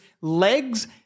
legs